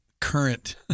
current